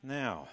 now